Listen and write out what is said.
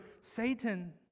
Satan